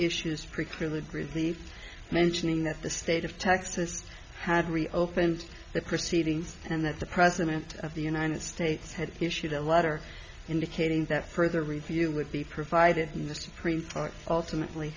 relief mentioning that the state of texas had reopened the proceedings and that the president of the united states had issued a letter indicating that further review would be provided in the supreme court ultimately